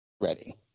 ready